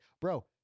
Bro